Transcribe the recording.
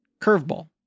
curveball